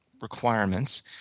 requirements